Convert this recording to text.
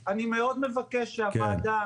אני מבקש, שהוועדה